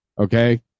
okay